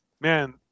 man